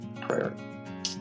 prayer